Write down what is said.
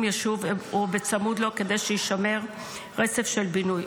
יישוב או בצמוד לו כדי שישמר רצף של בינוי.